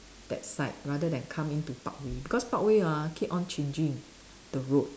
that side rather than come in through parkway because parkway ah keep on changing the road